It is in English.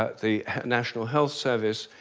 the national health service,